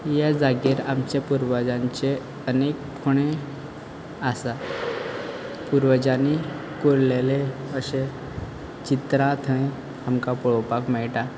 ह्या जागेर आमच्या पुर्वजांचे आनीक कोणें आसा पुर्वजांनी कोरलेलें अशें चित्रां थंय आमकां पोळोपाक मेयटा